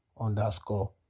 underscore